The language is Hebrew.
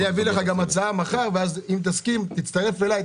אביא לך גם הצעה מחר ואז אם תסכים תצטרף אליי.